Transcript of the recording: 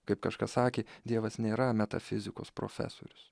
kaip kažkas sakė dievas nėra metafizikos profesorius